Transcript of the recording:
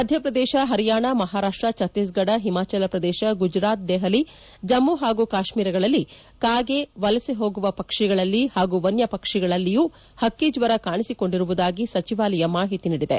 ಮಧ್ಯಪ್ರದೇಶ ಹರಿಯಾಣ ಮಹಾರಾಪ್ಟ ಛತ್ತೀಸ್ಗಢ ಹಿಮಾಚಲಪ್ರದೇಶ ಗುಜರಾತ್ ದೆಹಲಿ ಜಮ್ಮ ಹಾಗೂ ಕಾಶ್ಮೀರಗಳಲ್ಲಿ ಕಾಗೆ ವಲಸೆ ಹೋಗುವ ಪಕ್ಷಿಗಳಲ್ಲಿ ಹಾಗೂ ವನ್ಯ ಪಕ್ಷಿಗಳಲ್ಲಿಯೂ ಹಕ್ಕಿ ಜ್ವರ ಕಾಣಿಸಿಕೊಂಡಿರುವುದಾಗಿ ಸಚಿವಾಲಯ ಮಾಹಿತಿ ನೀಡಿದೆ